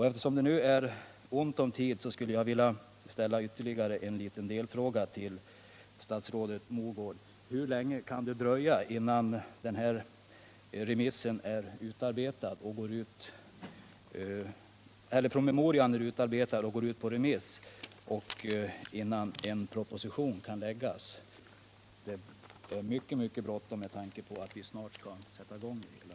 Eftersom det nu är ont om tid skulle jag vilja ställa ytterligare en liten delfråga till statsrådet Mogård: Hur länge kan det dröja, innan den här promemorian är utarbetad och går ut på remiss, och när kan en proposition läggas fram? Det är mycket bråttom med tanke på att vi snart skall sätta i gång det hela.